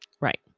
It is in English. right